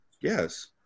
Yes